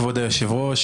כבוד היושב-ראש,